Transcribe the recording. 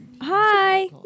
Hi